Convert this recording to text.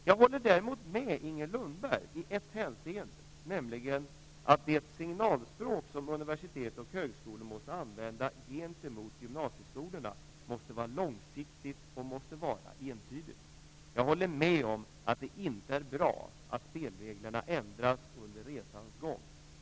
Jag håller däremot med Inger Lundberg i ett hänseende, nämligen att det signalspråk som universitet och högskolor måste använda gentemot gymnasieskolorna måste vara långsiktigt och entydigt. Jag håller med om att det inte är bra att spelreglerna ändras under resans gång.